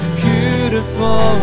beautiful